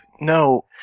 No